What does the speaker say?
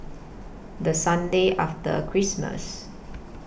The Sunday after Christmas